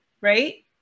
right